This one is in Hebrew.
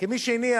כמי שהניח,